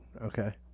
Okay